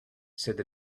said